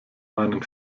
meinen